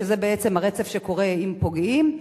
זה בעצם הרצף שקורה עם פוגעים,